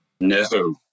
No